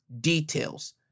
details